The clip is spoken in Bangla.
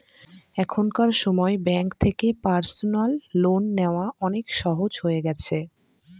এখনকার সময় ব্যাঙ্ক থেকে পার্সোনাল লোন নেওয়া অনেক সহজ হয়ে গেছে